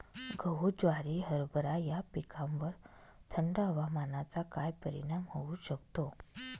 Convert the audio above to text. गहू, ज्वारी, हरभरा या पिकांवर थंड हवामानाचा काय परिणाम होऊ शकतो?